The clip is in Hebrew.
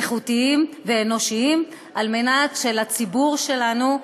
איכותיים ואנושיים על מנת שלציבור שלנו,